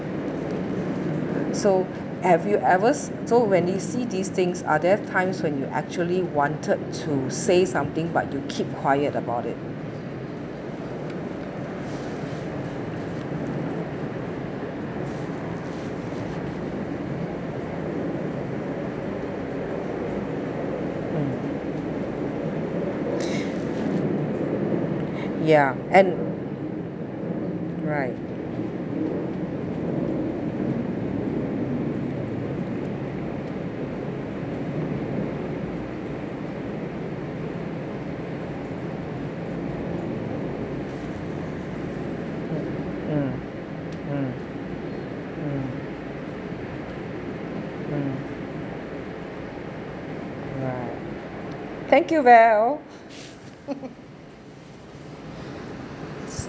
so have you ever so when you see these things are there times when you actually wanted to say something but you keep quiet about it um ya and right um right thank you bell